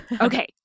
Okay